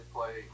play